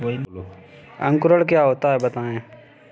अंकुरण क्या होता है बताएँ?